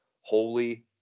holy